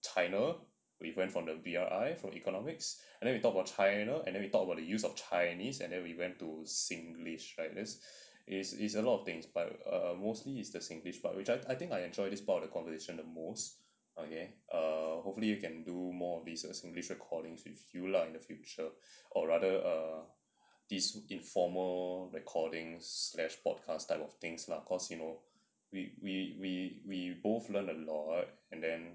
china we went from the B_R_I from economics and then we talk about china and then we talk about the use of chinese and every went to singlish right that's is is a lot of things but mostly is the singlish part which I I think I enjoy this part of the conversation the most okay err hopefully you can do more of such recordings with you lah in the future or rather a decent informal recording slash podcast type of things lah cause you know we we we we both learned a lot and then